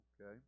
Okay